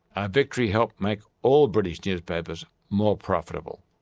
our victory helped make all british newspapers more profitable.